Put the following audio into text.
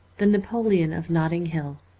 the napoleon of notting hill